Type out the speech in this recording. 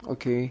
okay